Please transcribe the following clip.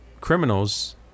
criminals